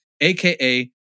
aka